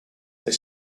they